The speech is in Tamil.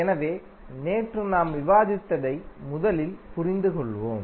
எனவே நேற்று நாம் விவாதித்ததை முதலில் புரிந்துகொள்வோம்